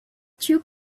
two